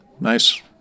nice